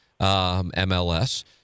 MLS